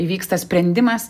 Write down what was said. vyksta sprendimas